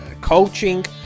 coaching